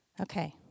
Okay